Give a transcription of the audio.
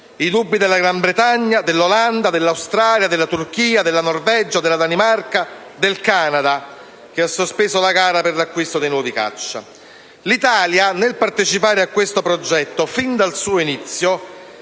i dubbi della Gran Bretagna, dell'Olanda, dell'Australia, della Turchia, della Norvegia, della Danimarca, del Canada (che ha sospeso la gara per l'acquisto dei nuovi caccia). L'Italia, nel partecipare a questo progetto, fin dal suo inizio,